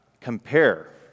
compare